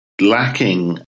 lacking